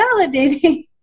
validating